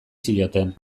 zioten